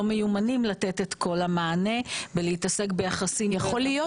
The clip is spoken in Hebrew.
לא מיומנים לתת את כל המענה ולהתעסק --- יכול להיות,